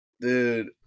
dude